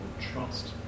Trust